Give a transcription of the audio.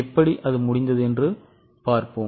எப்படி அது முடிந்தது என்று பார்ப்போம்